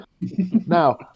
Now